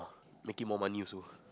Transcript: making more money also